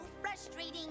frustrating